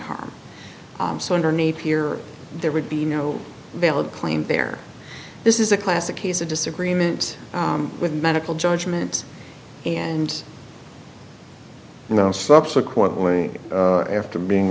harm so underneath here there would be no valid claim there this is a classic case of disagreement with medical judgment and now subsequently after being